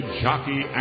jockey